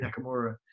Nakamura